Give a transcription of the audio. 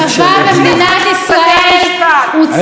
הצבא במדינת ישראל הוא צבא עם.